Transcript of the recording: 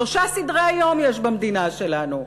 שלושה סדרי-יום יש במדינה שלנו: